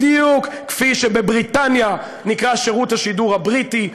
בדיוק כפי שבבריטניה הוא נקרא "שירות השידור הבריטי",